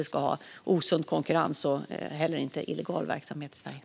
Vi ska inte ha osund konkurrens och heller inte illegal verksamhet i Sverige.